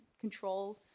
control